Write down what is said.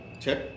Check